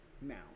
now